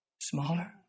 smaller